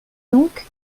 donc